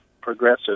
progressive